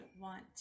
want